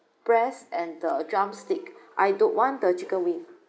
breast and the drumstick I don't want the chicken wing